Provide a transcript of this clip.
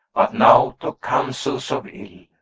but now to counsels of ill.